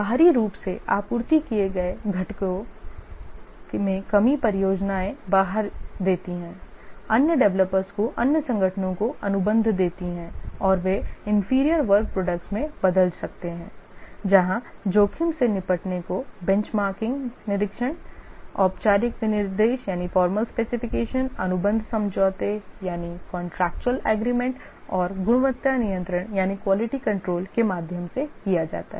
बाहरी रूप से आपूर्ति किए गए घटकों में कमी परियोजनाएं बाहर देती हैं अन्य डेवलपर्स को अन्य संगठनों को अनुबंध देती हैं और वे inferior work products में बदल सकते हैं यहां जोखिम से निपटने को बेंचमार्किंग निरीक्षण औपचारिक विनिर्देश अनुबंध समझौते और गुणवत्ता नियंत्रण के माध्यम से किया जाता है